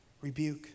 rebuke